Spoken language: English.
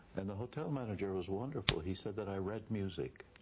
and the hotel manager was wonderful, he said that i read music.